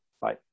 Bye